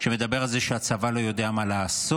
שמדבר על זה שהצבא לא יודע מה לעשות.